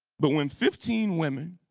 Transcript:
but when fifteen women